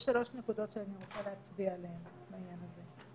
יש שלוש נקודות שאני רוצה להצביע עליהן בעניין הזה.